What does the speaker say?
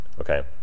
Okay